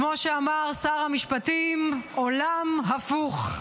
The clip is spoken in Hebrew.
כמו שאמר שר המשפטים: עולם הפוך.